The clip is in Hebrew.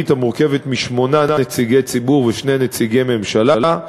המורכבת משמונה נציגי ציבור ושני נציגי ממשלה.